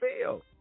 feel